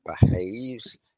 behaves